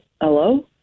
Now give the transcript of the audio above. hello